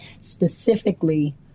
specifically